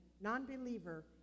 non-believer